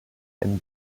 and